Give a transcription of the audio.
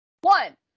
One